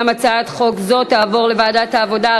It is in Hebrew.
הצעת החוק עברה בקריאה טרומית ותעבור על-פי תקנון הכנסת לוועדת העבודה,